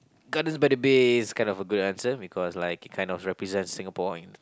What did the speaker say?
Gardens by the Bay is kind of a good answer because like it kind of represents Singapore in